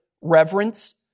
reverence